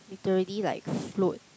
literally like float